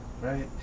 right